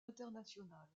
internationale